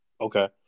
Okay